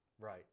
Right